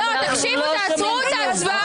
תקשיבו, תעצרו את ההצבעה.